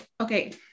okay